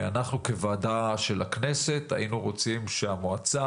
אנחנו כוועדה של הכנסת היינו רוצים שהמועצה